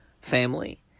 family